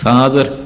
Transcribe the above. Father